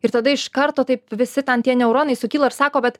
ir tada iš karto taip visi ten tie neuronai sukilo ir sako bet